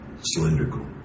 cylindrical